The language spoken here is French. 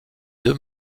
deux